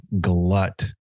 glut